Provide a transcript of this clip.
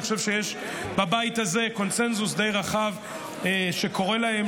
אני חושב שיש בבית הזה קונסנזוס די רחב שקורא להם